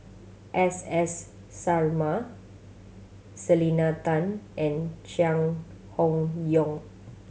S S Sarma Selena Tan and Chai Hon Yoong